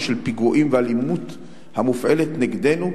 של פיגועים ושל אלימות המופעלת נגדנו,